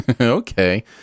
Okay